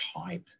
type